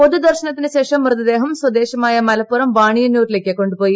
പൊതുദർശനത്തിന് ശേഷം മൃതദേഹം സ്വദേശമായ മലപ്പുറം വാണിയന്നൂരിലേക്ക് കൊണ്ടുപോയി